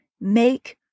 make